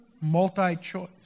Multi-choice